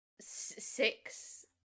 six